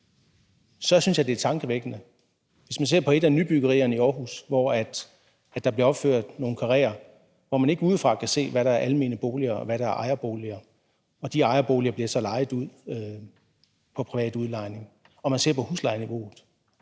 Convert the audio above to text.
bagefter, at det er tankevækkende. Hvis man ser på et af nybyggerierne i Aarhus, hvor der bliver opført nogle karréer, hvor man ikke udefra kan se, hvad der er almene boliger, og hvad der er ejerboliger, og de ejerboliger så bliver lejet ud som privat udlejning, så synes jeg, hvis man ser på huslejeniveauet,